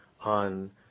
on